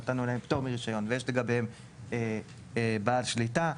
נתנו להם פטור מרישיון ויש לגביהם בעל שליטה,